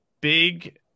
big